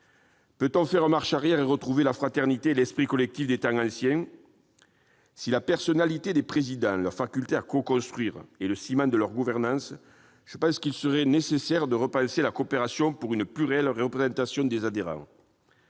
Peut-on faire marche arrière et retrouver la fraternité et l'esprit collectif des temps anciens ? Si la personnalité des présidents, leur faculté à coconstruire, est le ciment de leur gouvernance, il me semble nécessaire de repenser la coopération, afin d'assurer une représentation plus réelle